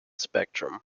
spectrum